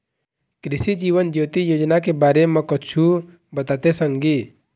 कृसि जीवन ज्योति योजना के बारे म कुछु बताते संगी